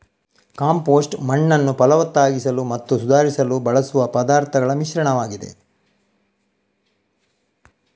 compost ಮಣ್ಣನ್ನು ಫಲವತ್ತಾಗಿಸಲು ಮತ್ತು ಸುಧಾರಿಸಲು ಬಳಸುವ ಪದಾರ್ಥಗಳ ಮಿಶ್ರಣವಾಗಿದೆ